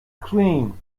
clean